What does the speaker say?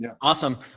Awesome